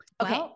Okay